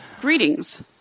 Greetings